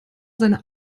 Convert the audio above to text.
seine